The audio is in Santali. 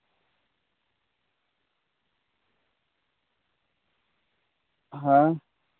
ᱦᱮᱸ